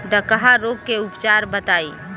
डकहा रोग के उपचार बताई?